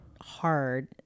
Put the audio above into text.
hard